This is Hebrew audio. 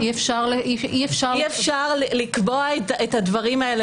אי-אפשר --- אי-אפשר לקבוע את הדברים האלה